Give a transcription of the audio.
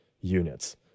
units